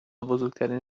بزرگترین